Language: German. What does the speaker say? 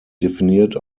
definiert